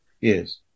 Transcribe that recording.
Yes